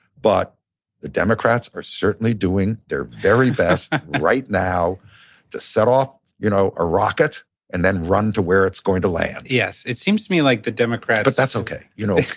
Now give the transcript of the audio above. but the democrats are certainly doing their very best right now to set off, you know, a rocket and then run to where it's going to land. yes. it seems to me like the democrats diller but that's okay. you know,